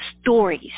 stories